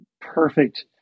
perfect